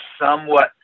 somewhat